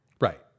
Right